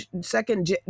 second